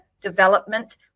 development